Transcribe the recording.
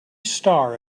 star